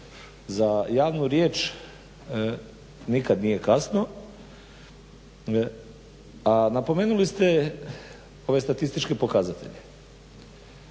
za javno riječ nikad nije kasno, a napomenuli ste ove statističke podatke,